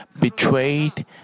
betrayed